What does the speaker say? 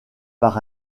par